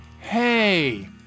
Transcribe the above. Hey